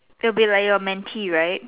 they will be like your mentee right